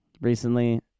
Recently